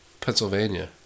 Pennsylvania